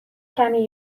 کمی